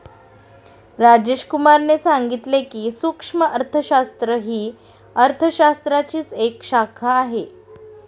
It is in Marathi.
राजेश कुमार ने सांगितले की, सूक्ष्म अर्थशास्त्र ही अर्थशास्त्राचीच एक शाखा आहे